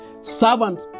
servant